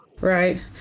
Right